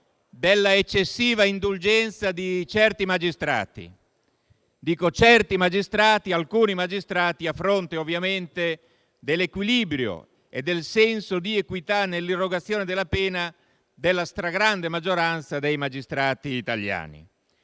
della eccessiva indulgenza di certi magistrati, a fronte ovviamente dell'equilibrio e del senso di equità nell'erogazione della pena della stragrande maggioranza dei magistrati italiani.